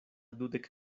dudek